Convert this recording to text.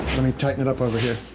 let me tighten it up over here.